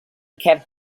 kept